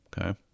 okay